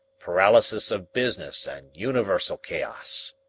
paralysis of business and universal chaos